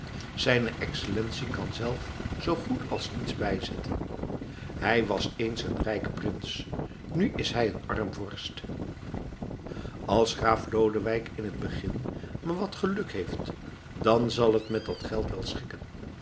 zijne excellentie kan zelf zoo goed als niets bijzetten hij was eens een rijk prins hij is nu een arm vorst als graaf lodewijk in het begin maar wat geluk heeft dan zal het met dat geld wel schikken